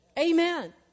Amen